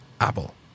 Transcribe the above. apple